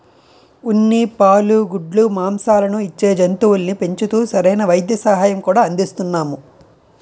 ఉన్ని, పాలు, గుడ్లు, మాంససాలను ఇచ్చే జంతువుల్ని పెంచుతూ సరైన వైద్య సహాయం కూడా అందిస్తున్నాము